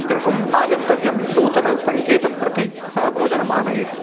गृहं नागन्तव्यं नूतनसङ्केतं प्रति सः भोजनमानयेत्